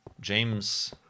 James